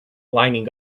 lining